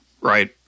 right